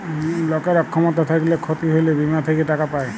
লকের অক্ষমতা থ্যাইকলে ক্ষতি হ্যইলে বীমা থ্যাইকে টাকা পায়